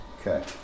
Okay